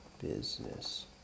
business